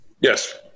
Yes